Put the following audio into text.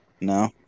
No